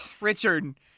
Richard